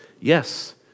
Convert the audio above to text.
Yes